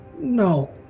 No